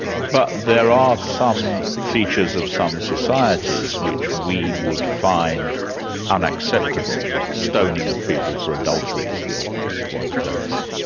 but there are some features of some societies which we would find unacceptable. stoning of people for adultery is the obvious one to go for.